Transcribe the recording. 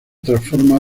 transforma